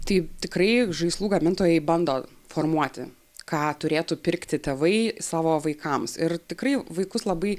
tai tikrai žaislų gamintojai bando formuoti ką turėtų pirkti tėvai savo vaikams ir tikrai vaikus labai